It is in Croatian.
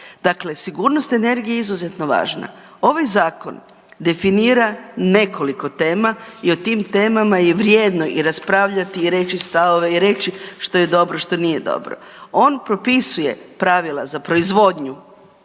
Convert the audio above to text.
Dakle sigurnost energije je izuzetno važna. Ovaj Zakon definira nekoliko tema i o tim temama je vrijedno i raspravljati i reći stavove i reći što je dobro, što nije dobro. On propisuje pravila za proizvodnju,